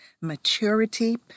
Maturity